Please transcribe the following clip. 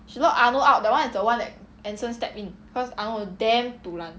ya she lock arnold out that [one] is the one that anson stepped in cause arnold was damn dulan